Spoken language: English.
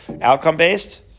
outcome-based